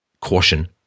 caution